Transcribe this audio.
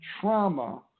trauma